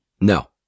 No